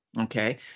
Okay